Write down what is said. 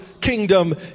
kingdom